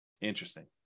Interesting